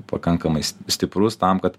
pakankamai stiprus tam kad